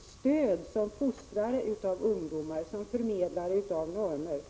stöd som fostrare av ungdomar, som förmedlare av normer.